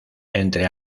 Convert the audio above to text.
entre